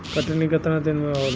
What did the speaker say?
कटनी केतना दिन में होला?